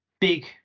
big